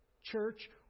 church